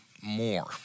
more